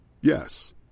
Yes